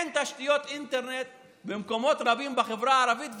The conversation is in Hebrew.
אין תשתיות אינטרנט במקומות רבים בחברה הערבית,